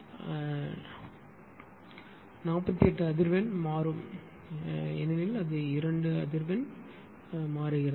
48 அதிர்வெண் மாறும் ஆகும்